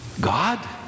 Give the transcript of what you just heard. God